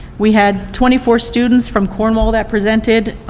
we had twenty four students from cornwall that presented.